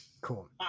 cool